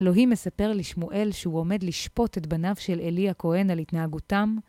אלוהים מספר לשמואל שהוא עומד לשפוט את בניו של עלי הכהן על התנהגותם.